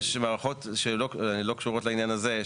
ויש מערכות שלא קשורות לעניין הזה,